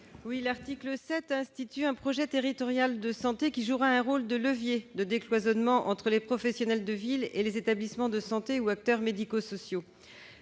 L'article 7 institue un projet territorial de santé, qui jouera un rôle de levier en matière de décloisonnement entre les professionnels de santé de ville et les établissements de santé ou acteurs médico-sociaux.